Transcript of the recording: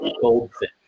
goldfish